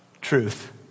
Truth